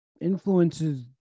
influences